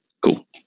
Cool